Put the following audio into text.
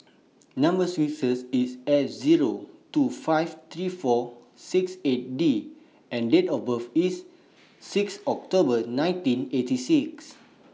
Number sequence IS S Zero two five three four six eight D and Date of birth IS six October nineteen eighty six